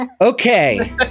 Okay